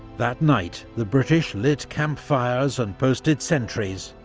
that night, the british lit campfires and posted sentries,